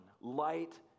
Light